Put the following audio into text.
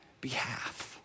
behalf